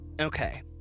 okay